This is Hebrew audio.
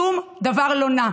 שום דבר לא נע.